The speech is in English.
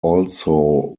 also